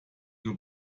nur